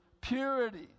purity